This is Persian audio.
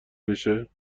بشه